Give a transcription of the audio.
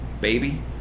baby